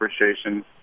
appreciation